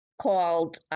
called